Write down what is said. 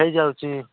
ହେଇଯାଉଛି